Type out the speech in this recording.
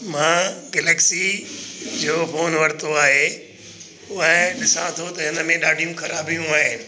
मां गैलेक्सी जो फोन वरितो आहे उहा ॾिसा थो त हिन में ॾाढियूं ख़राबियूं आहिनि